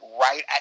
right